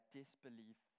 disbelief